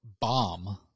Bomb